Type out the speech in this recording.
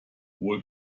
wohl